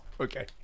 Okay